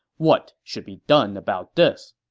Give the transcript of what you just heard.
what should be done about this?